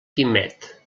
quimet